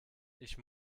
ich